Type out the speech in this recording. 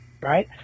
right